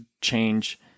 change